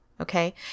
Okay